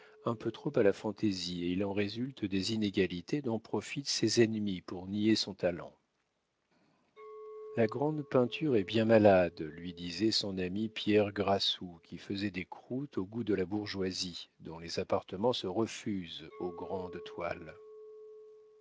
un peu trop à la fantaisie et il en résulte des inégalités dont profitent ses ennemis pour nier son talent la grande peinture est bien malade lui disait son ami pierre grassou qui faisait des croûtes au goût de la bourgeoisie dont les appartements se refusent aux grandes toiles